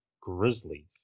Grizzlies